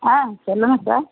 ஆ சொல்லுங்கள் சார்